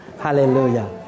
Hallelujah